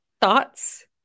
thoughts